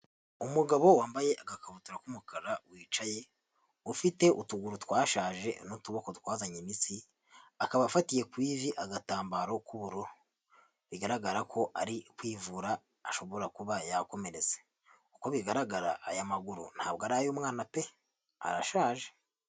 Umugabo wambaye agakabutura k'umukara wicaye ufite utuguru twashaje n'utuboko twazanye imitsi, akaba afatiye ku ivi agatambaro k'ubururu, bigaragara ko ari kwivura ashobora kuba yakomeretse, uko bigaragara aya maguru ntabwo ari ay'umwana pe arashaje.